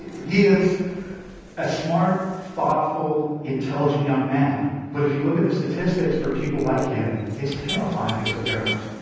he is a smart, thoughtful, intelligent young man, but if you look at the statistics for people like him, it's terrifying as a parent.